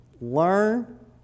learn